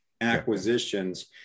acquisitions